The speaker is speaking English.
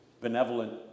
benevolent